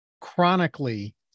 chronically